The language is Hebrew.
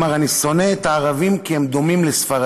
אמר: "אני שונא את הערבים כי הם דומים לספרדים".